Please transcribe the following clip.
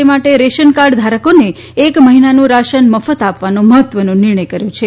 તે માટે રેશનકાર્ડ ધારકોને એક મહિનાનું રાશન મફત આપવાનો મહત્વનો નિર્ણય કર્યો છે